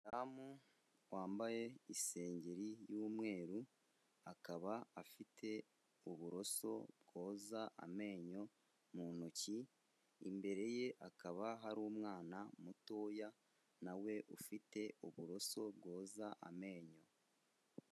Umudamu wambaye isengeri y'umweru, akaba afite uburoso bwoza amenyo mu ntoki, imbere ye hakaba hari umwana mutoya na we ufite uburoso bwoza amenyo.